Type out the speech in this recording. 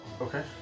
Okay